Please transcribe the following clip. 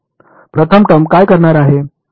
प्रथम टर्म काय करणार आहे